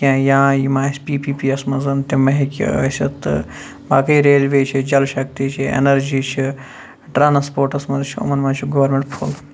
کینٛہہ یا یِم آسہِ پی پی پی یَس مَنٛز تِم ہیٚکہِ ٲسِتھ تہٕ باقٕے ریلوے چھِ جَل شَکتی چھِ ایٚنَرجی چھِ ٹرانَسپوٹَس مَنٛز چھُ یِمَن مَنٛز چھُ گورمینٹ پھُل